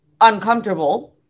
uncomfortable